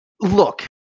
Look